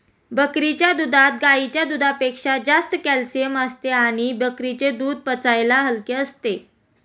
बकरीच्या दुधात गाईच्या दुधापेक्षा जास्त कॅल्शिअम असते आणि बकरीचे दूध पचायला हलके असते